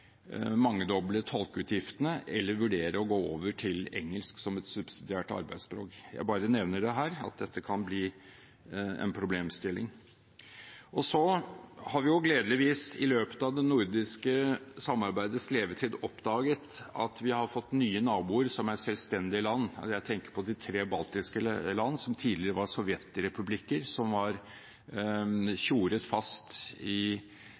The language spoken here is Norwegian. mangedoble tolkeutgiftene eller vurdere å gå over til engelsk som et subsidiært arbeidsspråk. Jeg bare nevner det her at dette kan bli en problemstilling. Vi har gledeligvis i løpet av det nordiske samarbeidets levetid oppdaget at vi har fått nye naboer som er selvstendige land. Jeg tenker på de tre baltiske land, som tidligere var sovjetrepublikker, og som var tjoret fast i